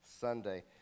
Sunday